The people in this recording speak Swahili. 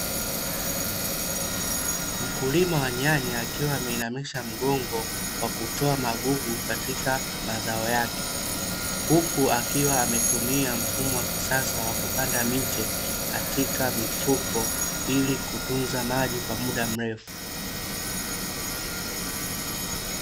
Mkulima wa nyanya akiwa ameinamisha mgongo kwa kutoa magugu katika mazao yake, huku akiwa ametumia mfumo wa kisasa wa kupanda miche katika mifuko ili kutunza maji kwa muda mrefu.